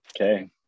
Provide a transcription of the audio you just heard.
Okay